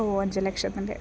ഓ അഞ്ച് ലക്ഷത്തിൻ്റെ